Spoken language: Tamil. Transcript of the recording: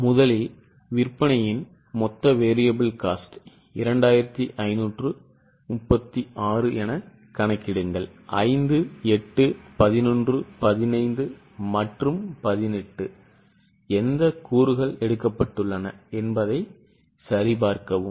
எனவே முதலில் விற்பனையின் மொத்த variable cost 2536 எனக் கணக்கிடுங்கள் 5 8 11 15 மற்றும் 18 எந்த கூறுகள் எடுக்கப்பட்டுள்ளன என்பதைச் சரிபார்க்கவும்